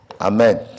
Amen